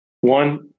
One